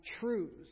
truths